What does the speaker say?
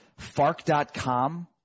fark.com